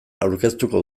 aurkeztuko